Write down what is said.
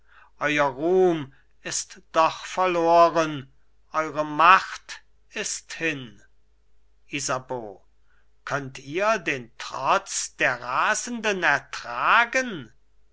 euer ruhm ist doch verloren eure macht ist hin isabeau könnt ihr den trotz der rasenden ertragen